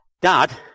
Dad